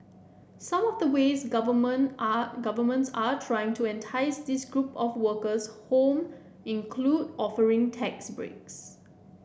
some of the ways government are governments are trying to entice this group of workers home include offering tax breaks